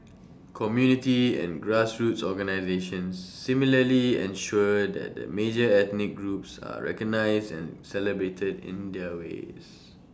community and grassroots organisations similarly ensure that the major ethnic groups are recognised and celebrated in their ways